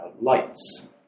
lights